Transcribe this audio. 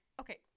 okay